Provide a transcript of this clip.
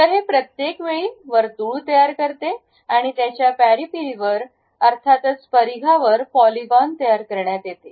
तर हे प्रत्येक वेळी वर्तुळ तयार करते आणि याच्या पॅरिपरीवर अर्थातच परिघावर पॉलीगोन तयार करण्यात येते